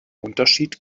unterschied